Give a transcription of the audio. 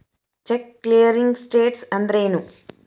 Check clearing status ಅಂದ್ರೇನು?